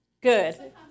Good